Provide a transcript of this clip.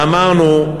ואמרנו: